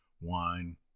wine